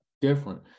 different